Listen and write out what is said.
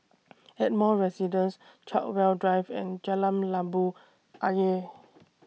Ardmore Residence Chartwell Drive and Jalan Labu Ayer